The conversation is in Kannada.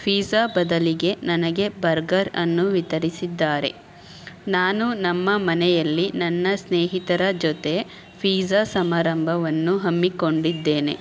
ಫೀಝಾ ಬದಲಿಗೆ ನನಗೆ ಬರ್ಗರ್ ಅನ್ನು ವಿತರಿಸಿದ್ದಾರೆ ನಾನು ನಮ್ಮ ಮನೆಯಲ್ಲಿ ನನ್ನ ಸ್ನೇಹಿತರ ಜೊತೆ ಫೀಝಾ ಸಮಾರಂಭವನ್ನು ಹಮ್ಮಿಕೊಂಡಿದ್ದೇನೆ